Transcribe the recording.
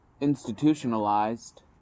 institutionalized